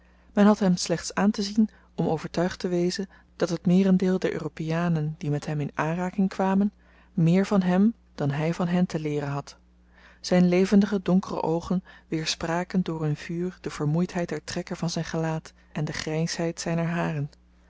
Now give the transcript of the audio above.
men had hem slechts aantezien om overtuigd te wezen dat het meerendeel der europeanen die met hem in aanraking kwamen meer van hem dan hy van hen te leeren had zyn levendige donkere oogen weerspraken door hun vuur de vermoeidheid der trekken van zyn gelaat en de grysheid zyner haren